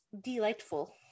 delightful